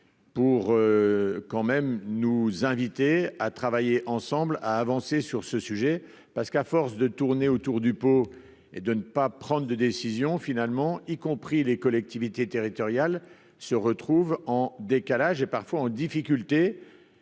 pour quand même nous inviter à travailler ensemble à avancer sur ce sujet parce qu'à force de tourner autour du pot et de ne pas prendre de décision finalement, y compris les collectivités territoriales se retrouve en décalage et parfois en difficulté